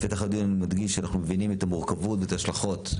אני מדגיש בפתח הדיון שאנחנו מבינים את המורכבות ואת ההשלכות.